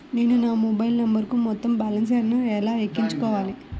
నేను నా మొబైల్ నంబరుకు మొత్తం బాలన్స్ ను ఎలా ఎక్కించుకోవాలి?